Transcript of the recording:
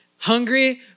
hungry